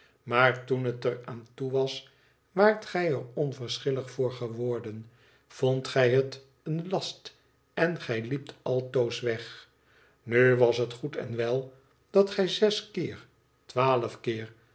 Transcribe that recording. maar toen het er aan toe was waart gij er onverschillig voor geworden vondt gij het een last en gplj liept altoos weg nu was het goed en wel dat gij zes keer